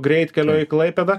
greitkelio į klaipėdą